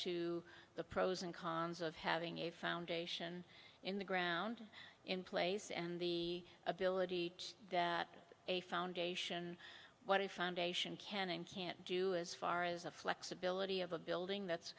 to the pros and cons of having a foundation in the ground in place and the ability to a foundation what a foundation can and can't do as far as the flexibility of a building that's